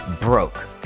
broke